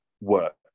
work